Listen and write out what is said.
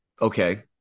Okay